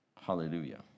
Hallelujah